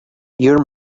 your